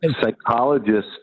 psychologists